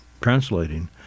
translating